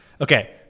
okay